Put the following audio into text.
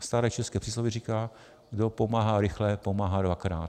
Staré české přísloví říká: kdo pomáhá rychle, pomáhá dvakrát.